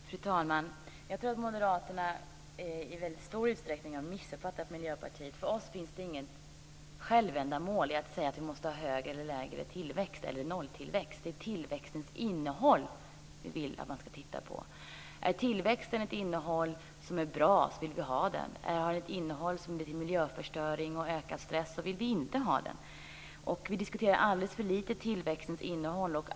Fru talman! Jag tror att Moderaterna i stor utsträckning har missuppfattat Miljöpartiet. För oss finns det inget självändamål i att säga att vi måste ha lägre eller högre tillväxt eller nolltillväxt, utan det är tillväxtens innehåll som vi vill att man ska titta på. Om tillväxten har ett bra innehåll vill vi ha den. Har den ett innehåll som leder till miljöförstöring och ökad stress vill vi inte ha den. Vi diskuterar alldeles för lite tillväxtens innehåll.